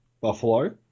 Buffalo